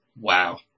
wow